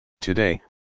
Today